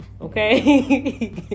okay